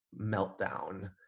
meltdown